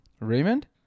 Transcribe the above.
Raymond